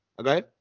Okay